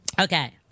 Okay